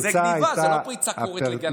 זו גנבה, זו לא פרצה קוראת לגנב.